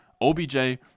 OBJ